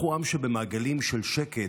אנחנו עם שבמעגלים של שקט,